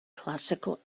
classical